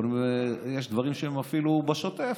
יש דברים שהם אפילו בשוטף,